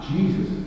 Jesus